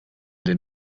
den